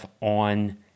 on